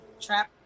Trap